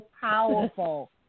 powerful